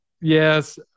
Yes